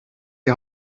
die